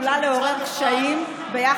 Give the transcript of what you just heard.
מה אנחנו צריכים להבין בתור חברי כנסת?